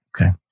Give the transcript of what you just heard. Okay